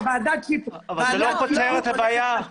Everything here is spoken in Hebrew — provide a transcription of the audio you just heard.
ואם אני אומר לך שוועדת שיפוט --- אבל זה לא פותר את הבעיה.